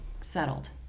settled